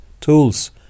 tools